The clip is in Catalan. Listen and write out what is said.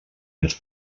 ens